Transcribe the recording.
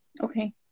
Okay